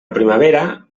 primavera